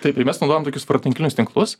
taip ir mes naudojam tokius voratinklinius tinklus